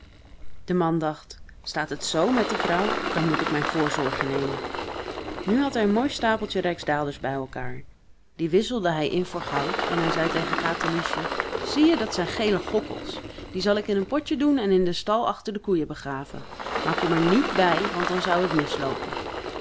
de man dacht staat het z met de vrouw dan moet ik mijn voorzorgen nemen nu had hij een mooi stapeltje rijksdaalders bij elkaâr die wisselde hij in voor goud en hij zei tegen katerliesje zie je dat zijn gele gokkels die zal ik in een potje doen en in den stal achter de koeien begraven maar kom er niet bij want dan zou het misloopen